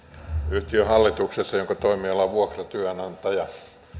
yhtiön hallituksessa jonka toimiala on vuokratyönantaja